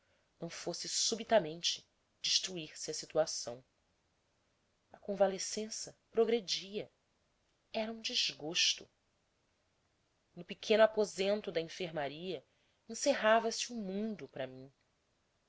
não fosse subitamente destruir se a situação a convalescença progredia era um desgosto no pequeno aposento da enfermaria encerrava se o mundo para mim